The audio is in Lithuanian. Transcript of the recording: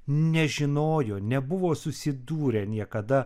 nežinojo nebuvo susidūrę niekada